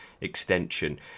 extension